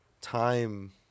time